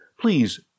Please